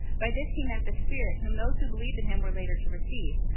by this he meant the spirit, whom those who believed in him were later to receive.